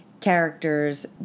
characters